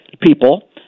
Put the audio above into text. people